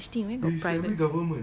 where got such thing where got private